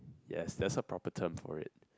yes that's the proper term for it